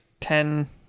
Ten